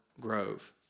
grove